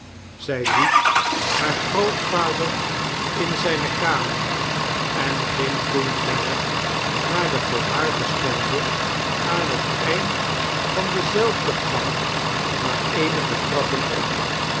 zij liet haar grootvader in zijne kamer en ging toen verder naar de voor haar bestemde aan het eind van denzelfden gang maar eenige trappen op